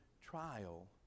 trial